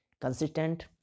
consistent